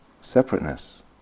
separateness